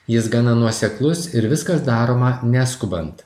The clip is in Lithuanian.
jis gana nuoseklus ir viskas daroma neskubant